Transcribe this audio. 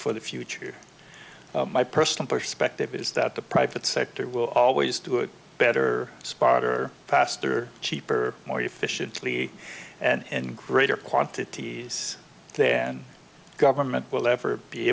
for the future my personal perspective is that the private sector will always do a better spot or faster cheaper more efficiently and in greater quantities then government will ever be